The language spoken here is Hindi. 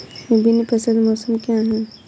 विभिन्न फसल मौसम क्या हैं?